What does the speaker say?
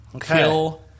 kill